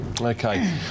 Okay